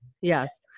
yes